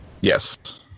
Yes